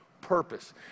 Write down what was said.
purpose